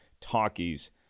talkies